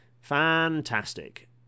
Fantastic